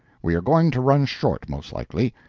we are going to run short, most likely.